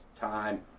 time